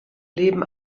leben